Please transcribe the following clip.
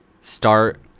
start